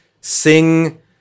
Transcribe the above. sing